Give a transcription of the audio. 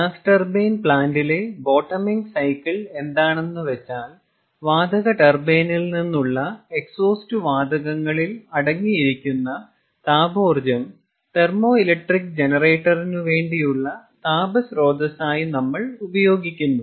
gas turbine പ്ലാന്റിലെ bottoming cycle എന്താണെന്നു വെച്ചാൽ വാതക ടർബൈനിൽ നിന്നുള്ള എക്സ്ഹോസ്റ്റ് വാതകങ്ങളിൽ അടങ്ങിയിരിക്കുന്ന താപോർജ്ജം തെർമോ ഇലക്ട്രിക് ജനറേറ്ററിന് വേണ്ടിയുള്ള താപ സ്രോതസ്സായി നമ്മൾ ഉപയോഗിക്കുന്നു